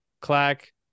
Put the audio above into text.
clack